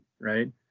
right